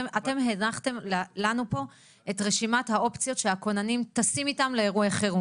אתם הנחתם לנו פה את רשימת האופציות שהכוננים טסים איתם לאירועי חירום.